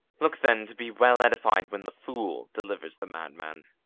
look then to be well edified when the fool delivers the madman.